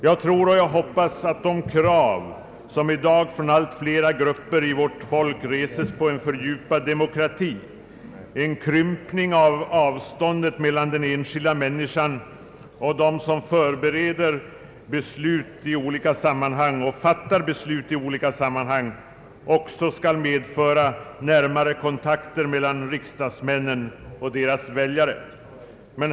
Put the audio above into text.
Jag tror och hoppas att det krav på en fördjupad demokrati som allt fler grupper av vårt folk reser, en krympning av avståndet mellan den enskilda människan och dem som förbereder och fattar beslut i olika sammanhang, skall medföra närmare kontakter mellan riksdagsmännen och deras väljare.